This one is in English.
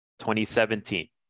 2017